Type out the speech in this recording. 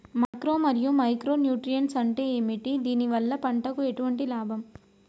Macro మరియు micro nutrients అంటే ఏమిటి? దీనివల్ల పంటకు ఎటువంటి లాభం?